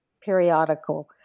periodical